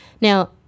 now